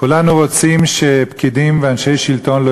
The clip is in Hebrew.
כולנו רוצים שפקידים ואנשי שלטון לא